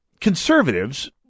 conservatives